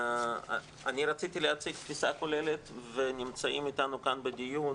רציתי להציג תפיסה כוללת ונמצאת איתנו כאן בדיון